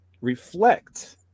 reflect